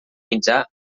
mitjà